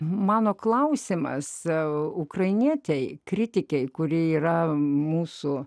mano klausimas sau ukrainietei kritikei kuri yra mūsų